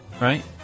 right